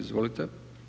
Izvolite.